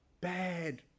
bad